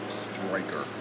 striker